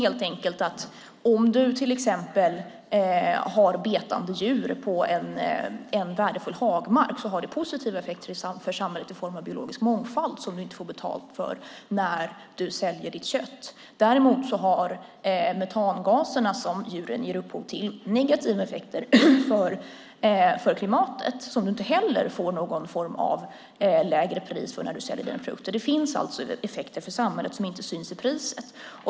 Om du till exempel har betande djur på en värdefull hagmark har det positiva effekter för samhället i form av biologisk mångfald som du inte får betalt för när du säljer det kött du producerar. Däremot har metangaserna som djuren ger upphov till negativa effekter för klimatet. Det får du inte heller någon form av lägre pris för när du säljer dina produkter. Det finns alltså effekter för samhället som inte syns i priset.